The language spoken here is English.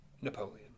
Napoleon